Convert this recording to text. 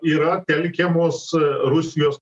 yra telkiamos rusijos